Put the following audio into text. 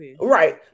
Right